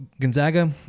Gonzaga